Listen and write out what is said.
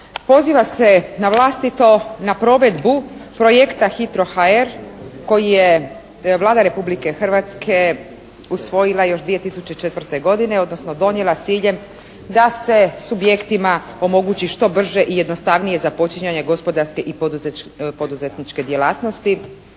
poziva se na vlastito, na provedbu projekta HITRO HR koji je Vlada Republike Hrvatske usvojila još 2004. godine odnosno donijela s ciljem da se subjektima omogući što brže i jednostavnije započinjanje gospodarske i poduzetničke djelatnosti,